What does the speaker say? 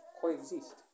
coexist